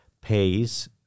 pays